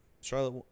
Charlotte